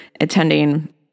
attending